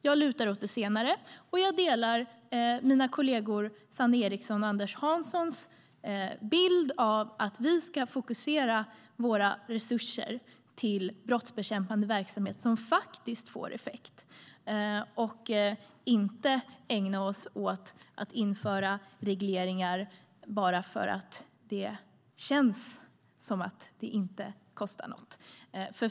Jag lutar åt det senare, och jag delar mina kollegor Sanne Erikssons och Anders Hanssons bild av att vi ska fokusera våra resurser till brottsbekämpande verksamhet som faktiskt får effekt och inte ägna oss åt att införa regleringar bara för att det känns som att det inte kostar något.